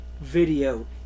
video